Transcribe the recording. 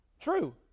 true